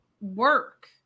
work